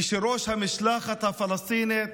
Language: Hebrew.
כשראש המשלחת הפלסטינית,